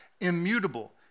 immutable